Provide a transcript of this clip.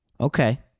okay